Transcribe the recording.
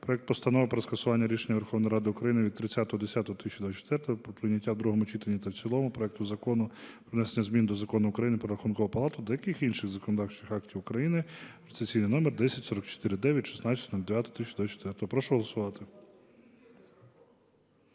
проект Постанови про скасування рішення Верховної Ради України від 30.10.2024 про прийняття в другому читанні та в цілому проекту Закону про внесення змін до Закону України "Про Рахункову палату" та деяких інших законодавчих актів України (реєстраційний